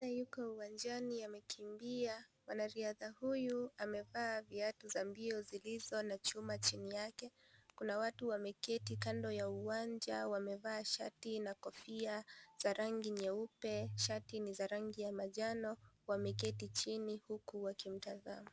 Mwanariadha Yuko uwanjani anakimbia. Mwanariadha huyu amevaa viatu za mbio zilizo na chuma chini yake. Kuna watu wameketi kando ya uwanja wamevaa shati na kofia za rangi nyeupe, shati ni za rangi ya manjano wameketi chini huku wakimtazama.